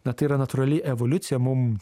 na tai yra natūrali evoliucija mum